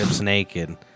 naked